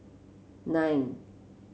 nine